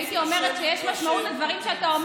הייתי אומרת שיש משמעות לדברים שאתה אומר